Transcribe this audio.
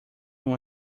uma